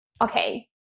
Okay